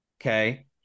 Okay